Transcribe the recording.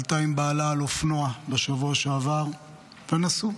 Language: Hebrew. עלתה עם בעלה על אופנוע בשבוע שעבר והם נסעו.